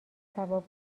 ثواب